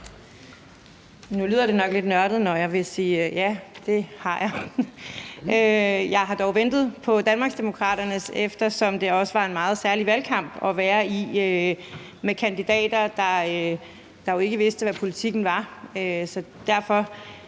Nu lyder det nok lidt nørdet, når jeg vil sige: Ja, det har jeg. Jeg har dog ventet på Danmarksdemokraternes, eftersom det også var en meget særlig valgkamp at være i med kandidater, der jo ikke vidste, hvad politikken var.